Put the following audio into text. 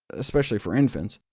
especially for infants.